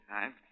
time